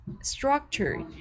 structure